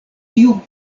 tiu